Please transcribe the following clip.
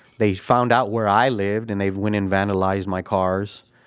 they found out where i lived and they've went and vandalized my cars.